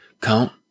count